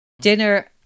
Dinner